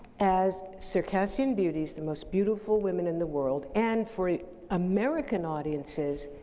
as circassian beauties, the most beautiful women in the world and for american audiences,